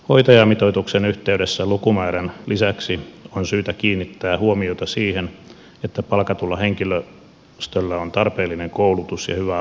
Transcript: hoitajamitoituksen yhteydessä lukumäärän lisäksi on syytä kiinnittää huomiota siihen että palkatulla henkilöstöllä on tarpeellinen koulutus ja hyvä ammattitaito